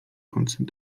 końcem